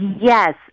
yes